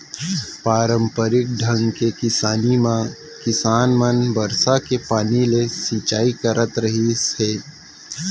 पारंपरिक ढंग के किसानी म किसान मन बरसा के पानी ले सिंचई करत रहिस हे